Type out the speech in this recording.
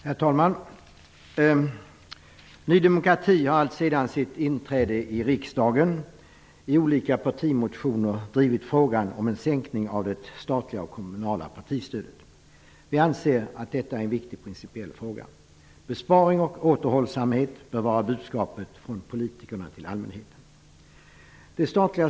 Herr talman! Ny demokrati har allt sedan sitt inträde i riksdagen i olika partimotioner drivit frågan om en minskning av det statliga och kommunala partistödet. Vi anser att detta är en viktig principiell fråga. Besparing och återhållsamhet bör vara budskapet från politikerna till allmänheten.